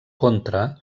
contra